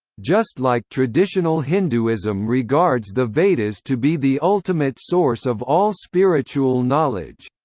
just like traditional hinduism regards the vedas to be the ultimate source of all spiritual knowledge.